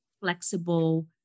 flexible